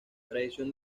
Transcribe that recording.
tradición